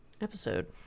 episode